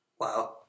Wow